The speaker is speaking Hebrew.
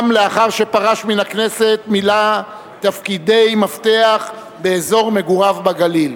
גם לאחר שפרש מן הכנסת מילא תפקידי מפתח באזור מגוריו בגליל.